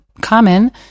common